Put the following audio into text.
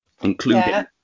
including